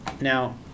Now